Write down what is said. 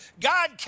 God